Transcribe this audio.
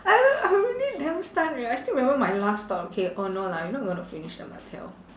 I I really damn stunned I still remember my last thought okay oh no lah we not gonna finish the martell